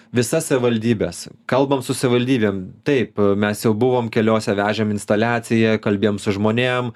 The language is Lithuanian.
visas savivaldybes kalbam su savivaldybėm taip mes jau buvom keliose vežėm instaliaciją kalbėjom su žmonėm